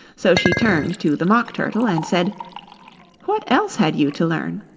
so she turned to the mock turtle, and said what else had you to learn